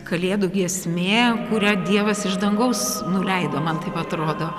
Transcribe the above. kalėdų giesmė kurią dievas iš dangaus nuleido man taip atrodo